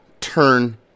turn